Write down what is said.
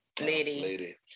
lady